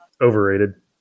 Overrated